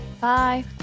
Bye